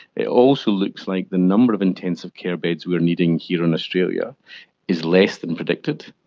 it also looks like the number of intensive care beds we are needing here in australia is less than predicted,